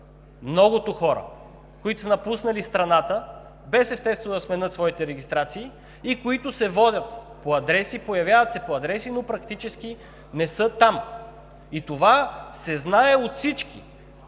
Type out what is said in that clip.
многото хора, които са напуснали страната, естествено, без да сменят своите регистрации, и които се водят по адреси, появяват се по адреси, но практически не са там. И това се знае от всички.